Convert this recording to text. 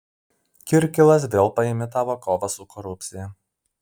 kirkilas vėl paimitavo kovą su korupcija